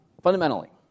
fundamentally